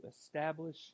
establish